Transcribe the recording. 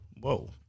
Whoa